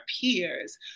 peers